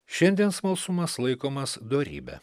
šiandien smalsumas laikomas dorybe